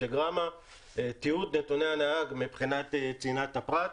ה-Picturegrama; תיעוד נתוני הנהג מבחינת צנעת הפרט,